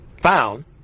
found